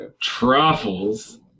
Truffles